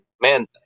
man